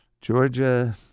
Georgia